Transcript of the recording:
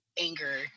anger